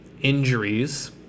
injuries